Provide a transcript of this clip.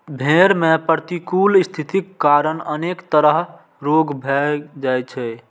भेड़ मे प्रतिकूल स्थितिक कारण अनेक तरह रोग भए जाइ छै